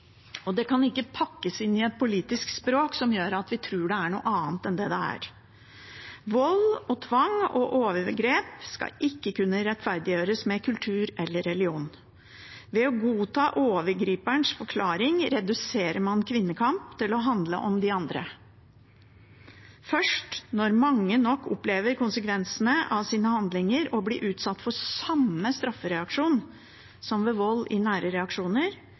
og det kan ikke pakkes inn et politisk språk som gjør at vi tror det er noe annet enn det det er. Vold, tvang og overgrep skal ikke kunne rettferdiggjøres med kultur eller religion. Ved å godta overgriperens forklaring reduserer man kvinnekamp til å handle om de andre. Først når mange nok opplever konsekvensene av sine handlinger og blir utsatt for samme straffereaksjon som ved vold i nære